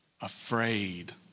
afraid